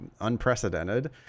unprecedented